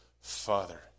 Father